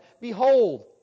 Behold